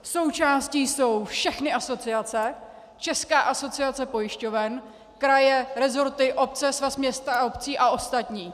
Součástí jsou všechny asociace, Česká asociace pojišťoven, kraje, resorty, obce, Svaz měst a obcí a ostatní.